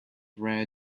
rare